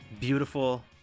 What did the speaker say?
beautiful